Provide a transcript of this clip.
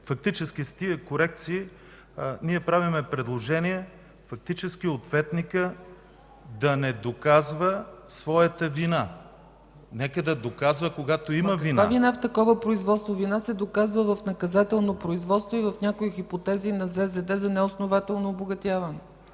Фактически с тези корекции ние правим предложения – ответникът да не доказва своята вина. Нека да я доказва, когато има вина. ПРЕДСЕДАТЕЛ ЦЕЦКА ЦАЧЕВА: В такова производство вина се доказва в наказателно производство и в някои хипотези на ЗЗД за неоснователно обогатяване.